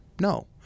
No